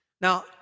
Now